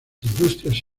industrias